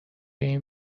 این